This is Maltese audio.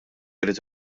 irid